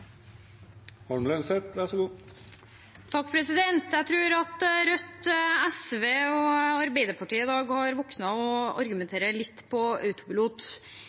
Jeg tror at Rødt, SV og Arbeiderpartiet i dag har våknet og argumenterer litt på autopilot.